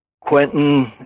Quentin